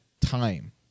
time